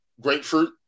grapefruit